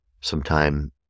sometime